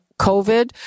COVID